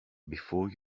before